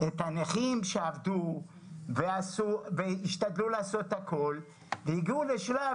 את הנכים שעבדו והשתדלו לעשות הכול והגיעו לשלב